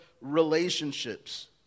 relationships